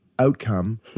outcome